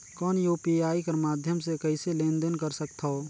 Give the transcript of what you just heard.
कौन यू.पी.आई कर माध्यम से कइसे लेन देन कर सकथव?